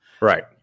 right